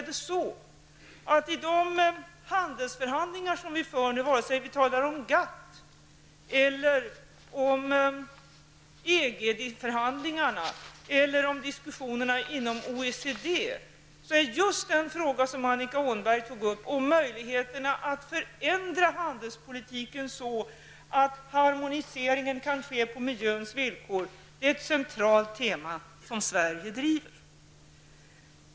Men i de handelsförhandlingar vi för, vare sig vi talar om GATT, EG förhandlingarna eller diskussionerna inom OECD, är självfallet den fråga Annika Åhnberg tog upp, nämligen den som gäller möjligheterna att förändra handelspolitiken så att harmoniseringen kan ske på miljöns villkor, ett centralt tema som Sverige driver.